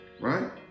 right